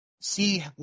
See